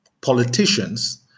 politicians